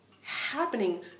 happening